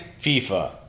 FIFA